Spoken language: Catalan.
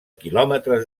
quilòmetres